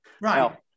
Right